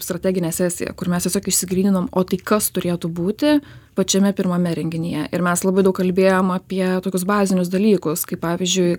strateginę sesiją kur mes tiesiog išsigryninom o tai kas turėtų būti pačiame pirmame renginyje ir mes labai daug kalbėjom apie tokius bazinius dalykus kaip pavyzdžiui